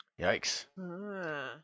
Yikes